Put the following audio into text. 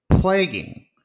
plaguing